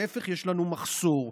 להפך, יש לנו מחסור.